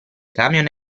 camion